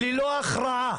ללא הכרעה